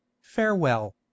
farewell